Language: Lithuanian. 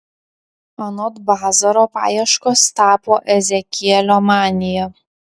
anot bazaro paieškos tapo ezekielio manija